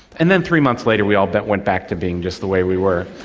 and then three months later we all but went back to being just the way we were.